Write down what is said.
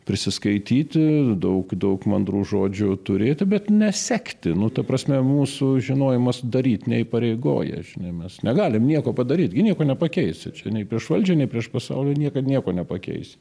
prisiskaityti daug daug mandrų žodžių turėti bet nesekti nu ta prasme mūsų žinojimas daryt neįpareigoja žinai mes negalim nieko padaryt gi nieko nepakeisi čia nei prieš valdžią nei prieš pasaulį niekad nieko nepakeisi